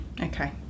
Okay